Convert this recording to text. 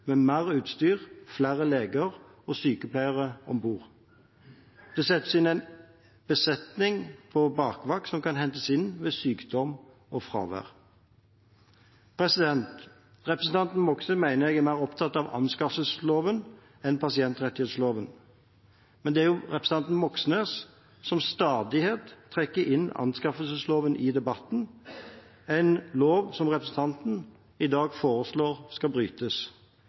med mer utstyr, flere leger og sykepleiere om bord. Det settes inn en besetning på bakvakt som kan hentes inn ved sykdom og fravær. Representanten Moxnes mener jeg er mer opptatt av anskaffelsesloven enn av pasientrettighetsloven, men det er jo representanten Moxnes som til stadighet trekker inn anskaffelsesloven i debatten, en lov som representanten i dag foreslår skal brytes.